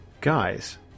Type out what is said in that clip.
Guys